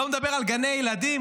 לא מדבר על גני ילדים,